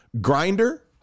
grinder